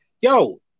yo